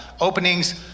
openings